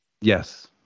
Yes